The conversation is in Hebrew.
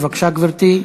בבקשה, גברתי.